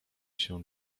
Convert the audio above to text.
się